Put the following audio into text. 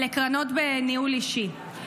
אלה קרנות בניהול אישי.